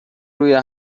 روی